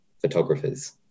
photographers